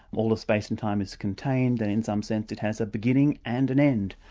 all the space and time is contained, that in some sense it has a beginning and an end.